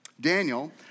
Daniel